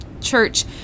church